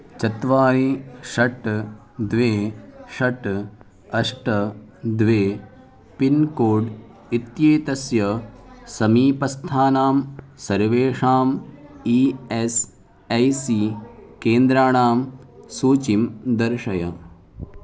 चत्वारि षट् द्वे षट् अष्ट द्वे पिन्कोड् इत्येतस्य समीपस्थानां सर्वेषाम् ई एस् ऐ सी केन्द्राणां सूचीं दर्शय